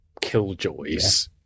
killjoys